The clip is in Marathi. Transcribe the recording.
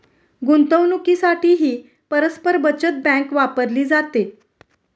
गुंतवणुकीसाठीही परस्पर बचत बँक वापरली जाते